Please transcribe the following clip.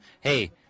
Hey